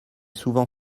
souvent